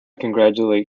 congratulate